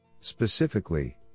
Specifically